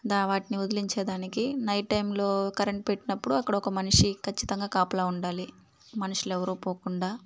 దా వాటిని వదిలించే దానికి నైట్ టైంలో కరెంట్ పెట్టినప్పుడు అక్కడ ఒక మనిషి ఖచ్చితంగా కాపలా ఉండాలి మనిషులు ఎవరు పోకుండా